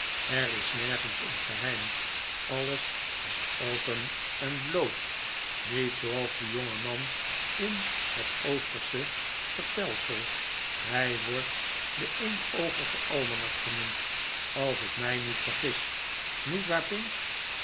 er is nergens een geheim alles is open en bloot niet zooals die jongeman in het oostersche vertelsel hij wordt de eenoogige almanak genoemd als ik mij niet vergis niet waar pinch